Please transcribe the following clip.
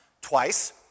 twice